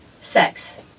Sex